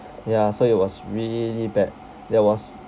ya so it was really bad that was